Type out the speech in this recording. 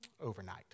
overnight